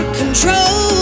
control